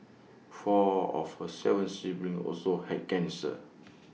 four of her Seven siblings also had cancer